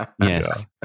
Yes